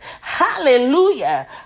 Hallelujah